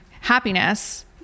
happiness